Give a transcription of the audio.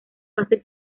fase